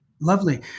Lovely